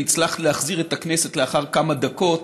והצלחת להחזיר את הכנסת לאחר כמה דקות